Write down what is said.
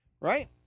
Right